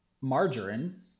margarine